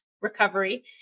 recovery